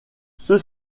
ceux